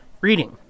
Reading